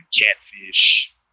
Catfish